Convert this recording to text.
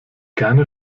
gerne